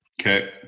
Okay